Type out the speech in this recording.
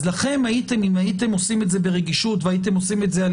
אם הייתם עושים את זה ברגישות והייתם עושים את זה על